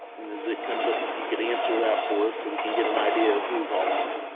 and as it comes up, if you could answer that for us so we can get an idea of who is all on.